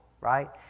right